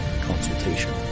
consultation